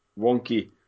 wonky